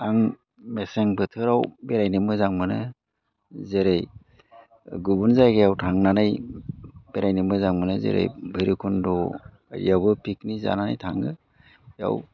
आं मेसें बोथोराव बेरायनो मोजां मोनो गुबुन जायगायाव थांनानै बेरायनो मोजां मोनो जेरै भैरोबखुन्द'आवबो पिकनिक जानो थाङो